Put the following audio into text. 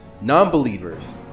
non-believers